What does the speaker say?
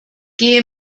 gehe